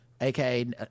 aka